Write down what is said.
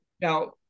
now